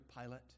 Pilate